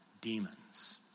demons